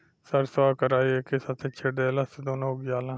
सरसों आ कराई एके साथे छींट देला से दूनो उग जाला